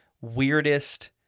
weirdest